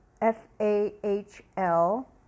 F-A-H-L